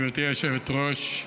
גברתי היושבת-ראש,